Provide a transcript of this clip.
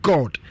God